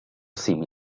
simi